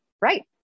right